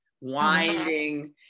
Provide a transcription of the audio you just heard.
winding